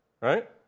Right